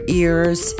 ears